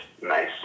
nice